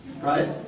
right